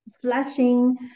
flashing